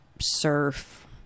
surf